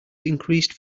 increased